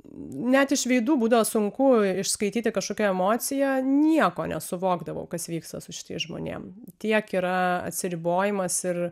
net iš veidų būdavo sunku išskaityti kažkokią emociją nieko nesuvokdavau kas vyksta su šitais žmonėm tiek yra atsiribojimas ir